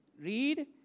Read